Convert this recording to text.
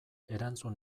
erantzun